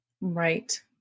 Right